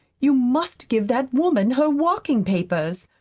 you must give that woman her walking papers.